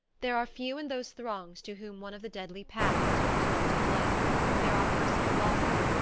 there are few in those throngs to whom one of the deadly pack has not dealt a blow there are personal losses,